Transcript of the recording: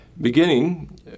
beginning